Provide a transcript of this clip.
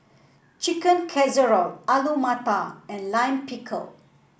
Chicken Casserole Alu Matar and Lime Pickle